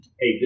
Hey